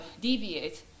deviate